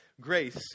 grace